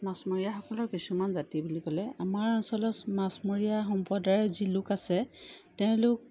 ইয়াত মাছমৰীয়াসকলৰ কিছুমান জাতি বুলি ক'লে আমাৰ অঞ্চলৰ মাছমৰীয়া সম্প্ৰদায়ৰ যি লোক আছে তেওঁলোক